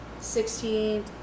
Sixteen